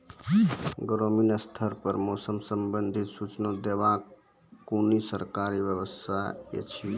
ग्रामीण स्तर पर मौसम संबंधित सूचना देवाक कुनू सरकारी व्यवस्था ऐछि?